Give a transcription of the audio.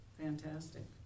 fantastic